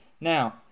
Now